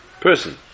person